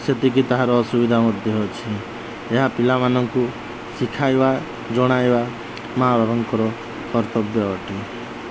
ସେତିକି ତାହାର ଅସୁବିଧା ମଧ୍ୟ ଅଛି ଏହା ପିଲାମାନଙ୍କୁ ଶିଖାଇବା ଜଣାଇବା ମାଆ ବାବାଙ୍କର କର୍ତ୍ତବ୍ୟ ଅଟେ